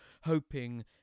hoping